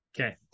Okay